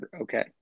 Okay